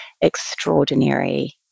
extraordinary